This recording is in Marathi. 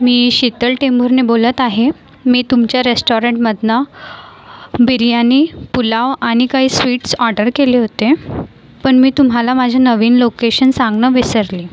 मी शीतल टेंभूर्ने बोलत आहे मी तुमच्या रेस्टाॅरंटमधनं बिर्याणी पुलाव आणि काही स्वीट्स ऑडर केले होते पण मी तुम्हाला माझे नवीन लोकेशन सांगणं विसरले